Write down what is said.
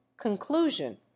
Conclusion